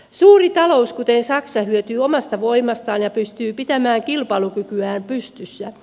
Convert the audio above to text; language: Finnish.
suuri talous kuten saksa hyötyy omasta voimastaan ja pystyy pitämään kilpailukykyään pystyssä